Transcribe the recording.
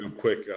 quick